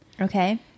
Okay